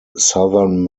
southern